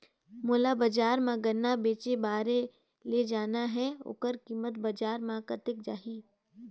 मोला बजार मां गन्ना बेचे बार ले जाना हे ओकर कीमत बजार मां कतेक जाही?